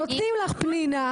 מנסים להשתיק אותך, פנינה.